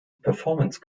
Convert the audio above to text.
performance